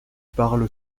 parle